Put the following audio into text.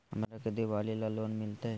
हमरा के दिवाली ला लोन मिलते?